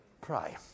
Pray